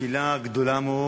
קהילה גדולה מאוד,